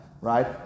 right